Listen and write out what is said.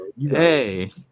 Hey